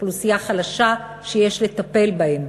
זו אוכלוסייה חלשה שיש לטפל בה.